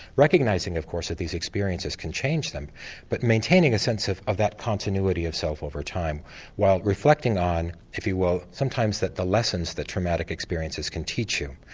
recognising of course that these experiences can change them but maintaining a sense of of that continuity of self over time while reflecting on if you will, sometimes that the lessons that traumatic experiences can teach you.